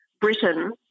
Britain